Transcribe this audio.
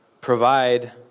provide